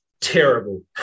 terrible